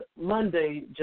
Monday